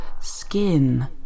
skin